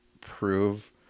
prove